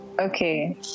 Okay